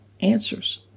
answers